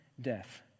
death